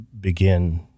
begin